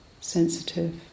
sensitive